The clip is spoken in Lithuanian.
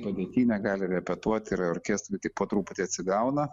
padėty negali repetuot ir orkestrai tik po truputį atsigauna